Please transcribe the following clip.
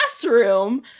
classroom